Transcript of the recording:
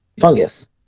fungus